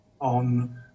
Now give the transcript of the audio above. on